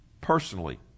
personally